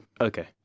okay